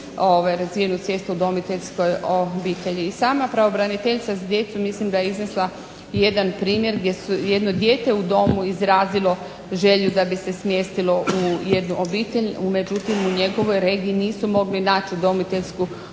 razvijenu svijest o udomiteljskoj obitelji. I sama pravobraniteljica za djecu mislim da je iznesla jedan primjer gdje je jedno dijete u domu izrazilo želju da bi se smjestilo u jednu obitelj, međutim u njegovoj regiji nisu mogli naći udomiteljsku obitelj,